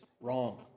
wrong